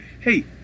hey